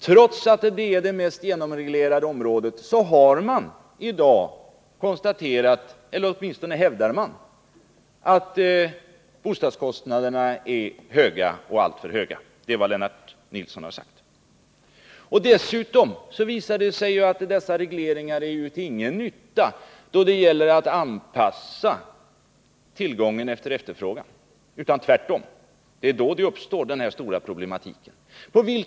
Trots att bostadsbyggandet är det mest genomreglerade området har man i dag konstaterat — åtminstone hävdar man det — att bostadskostnaderna är alltför höga. Det är vad Lennart Nilsson har sagt. Dessutom visar det sig att dessa regleringar heller inte är till nytta då det gäller att anpassa tillgången till efterfrågan. Tvärtom — det är då den stora problematiken uppstår.